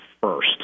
first